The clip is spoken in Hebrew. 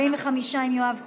45 עם חבר הכנסת יואב קיש.